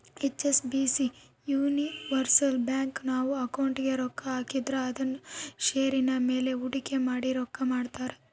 HSBC universal bank, ನಾವು ಅಕೌಂಟಿಗೆ ರೊಕ್ಕ ಹಾಕಿದ್ರ ಅದುನ್ನ ಷೇರಿನ ಮೇಲೆ ಹೂಡಿಕೆ ಮಾಡಿ ರೊಕ್ಕ ಮಾಡ್ತಾರ